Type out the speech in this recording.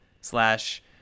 slash